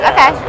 Okay